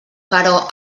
però